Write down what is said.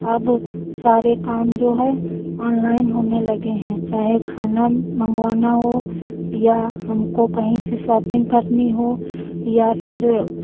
अब सारे काम जो है ऑनलाइन होने लगे हैं चाहे खाना मंगवाना हो या हमको कहीं से शॉपिंग करनी हो या फिर